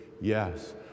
yes